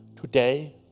Today